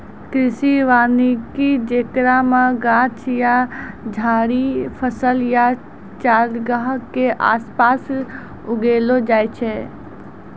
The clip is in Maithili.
कृषि वानिकी जेकरा मे गाछ या झाड़ि फसल या चारगाह के आसपास उगैलो जाय छै